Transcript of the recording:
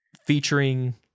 Featuring